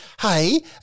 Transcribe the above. hey